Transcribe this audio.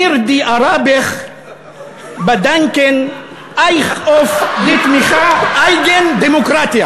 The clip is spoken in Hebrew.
מיר די אראבעך באדאנקן אייך אויף די תמיכה אייגן דמוקרטיה,